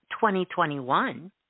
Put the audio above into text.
2021